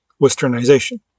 westernization